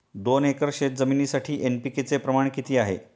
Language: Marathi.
दोन एकर शेतजमिनीसाठी एन.पी.के चे प्रमाण किती आहे?